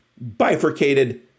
bifurcated